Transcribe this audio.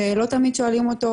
ולא תמיד שואלים אותו,